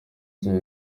nshya